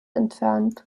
entfernt